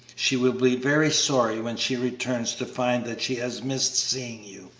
she will be very sorry when she returns to find that she has missed seeing you.